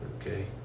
okay